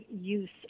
use